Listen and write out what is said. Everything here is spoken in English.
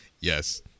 Yes